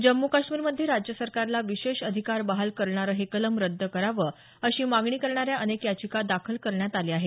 जम्मू कश्मीरमध्ये राज्य सरकारला विशेष अधिकार बहाल करणारं हे कलम रद्द करावं अशी मागणी करणाऱ्या अनेक याचिका दाखल करण्यात आल्या आहेत